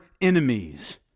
enemies